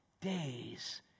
Days